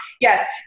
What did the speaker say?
Yes